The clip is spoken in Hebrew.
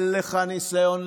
אין לך ניסיון,